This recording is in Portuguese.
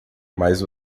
mais